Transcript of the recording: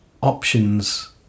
options